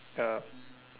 ya